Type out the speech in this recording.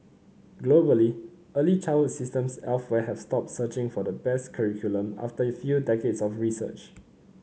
globally early childhood systems elsewhere have stopped searching for the best curriculum after a few decades of research